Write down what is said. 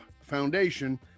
foundation